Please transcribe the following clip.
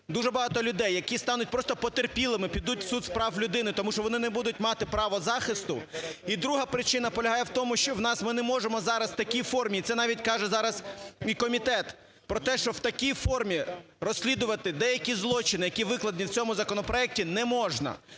дуже багато людей, які стануть просто потерпілими, підуть в Суд з прав людини, тому що вони не будуть мати право захисту. І друга причина полягає в тому, що в нас, ми не можемо зараз в такій формі, це навіть каже зараз і комітет про те, що в такій формі розслідувати деякі злочини, які викладені в цьому законопроекті, не можна.